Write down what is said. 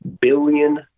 billion